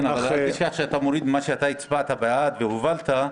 אבל אל תשכח שאתה מוריד את מה שאתה הצבעת בעדו והובלת,